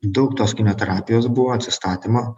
daug tos kineterapijos buvo atsistatymo